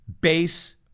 base